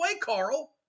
Carl